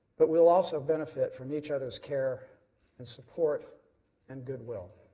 but, we will also benefit from each other's care and support and goodwill.